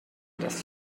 das